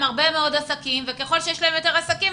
הרבה מאוד עסקים וככל שיש להם יותר עסקים,